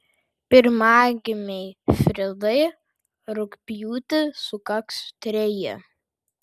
pirmagimei fridai rugpjūtį sukaks treji